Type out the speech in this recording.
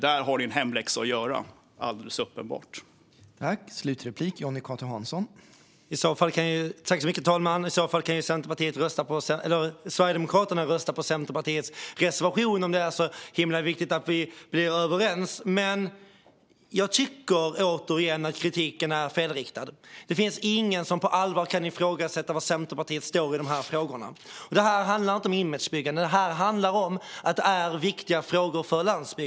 Där har Centerpartiet alldeles uppenbart en hemläxa att göra.